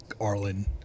Arlen